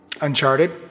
Uncharted